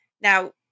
Now